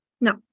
No